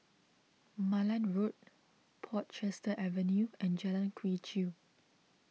Malan Road Portchester Avenue and Jalan Quee Chew